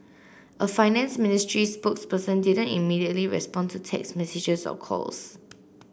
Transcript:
a finance ministry spokesperson didn't immediately respond to text messages or calls